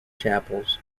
chapels